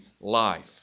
life